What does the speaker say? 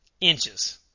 Inches